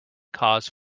cause